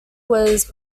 was